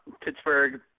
Pittsburgh